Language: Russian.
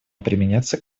применяться